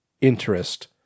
interest